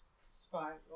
spiral